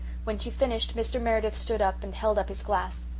when she finished mr. meredith stood up and held up his glass.